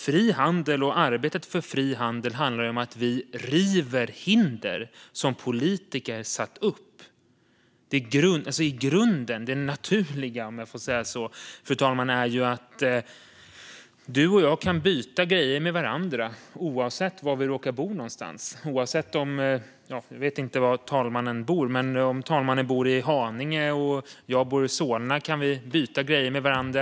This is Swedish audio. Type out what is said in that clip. Fri handel och arbetet för fri handel handlar om att vi river hinder som politiker har satt upp. Det naturliga, fru talman, är ju att du och jag kan byta grejer med varandra oavsett var vi råkar bo någonstans. Nu vet jag inte var fru talmannen bor, men om talmannen till exempel bor i Haninge och jag bor i Solna kan vi byta grejer med varandra.